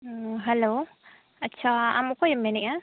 hello ᱟᱪᱪᱷᱟ ᱟᱢ ᱚᱠᱚᱭᱮᱢ ᱢᱮᱱᱮᱫᱼᱟ